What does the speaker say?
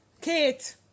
Kate